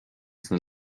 sna